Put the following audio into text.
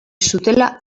zutela